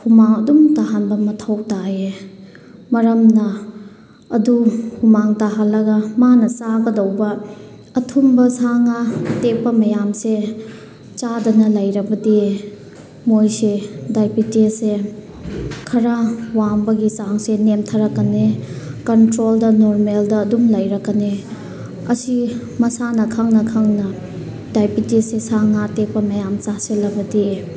ꯍꯨꯃꯥꯡ ꯑꯗꯨꯝ ꯇꯥꯍꯟꯕ ꯃꯊꯧ ꯇꯥꯏꯌꯦ ꯃꯔꯝꯅ ꯑꯗꯨ ꯍꯨꯃꯥꯡ ꯇꯥꯍꯜꯂꯒ ꯃꯥꯅ ꯆꯥꯒꯗꯧꯕ ꯑꯊꯨꯝꯕ ꯁꯥ ꯉꯥ ꯑꯇꯦꯛꯄ ꯃꯌꯥꯝꯁꯦ ꯆꯥꯗꯅ ꯂꯩꯔꯕꯗꯤ ꯃꯣꯏꯁꯦ ꯗꯥꯏꯕꯤꯇꯤꯁꯁꯦ ꯈꯔ ꯋꯥꯡꯕꯒꯤ ꯆꯥꯡꯁꯦ ꯅꯦꯝꯊꯔꯛꯀꯅꯤ ꯀꯟꯇ꯭ꯔꯣꯜꯗ ꯅꯣꯔꯃꯦꯜꯗ ꯑꯗꯨꯝ ꯂꯩꯔꯛꯀꯅꯤ ꯑꯁꯤ ꯃꯁꯥꯅ ꯈꯪꯅ ꯈꯪꯅ ꯗꯥꯏꯕꯤꯇꯤꯁꯁꯦ ꯁꯥ ꯉꯥ ꯑꯇꯦꯛꯄ ꯃꯌꯥꯝ ꯆꯥꯁꯤꯜꯂꯕꯗꯤ